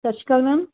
ਸਤਿ ਸ਼੍ਰੀ ਅਕਾਲ ਮੈਮ